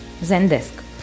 zendesk